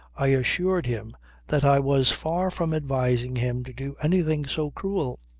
i assured him that i was far from advising him to do anything so cruel.